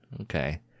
okay